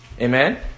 Amen